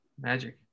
Magic